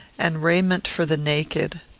and raiment for the naked!